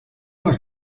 las